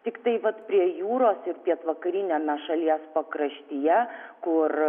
tiktai vat prie jūros ir pietvakariniame šalies pakraštyje kur